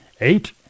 Eight